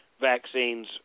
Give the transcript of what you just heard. Vaccines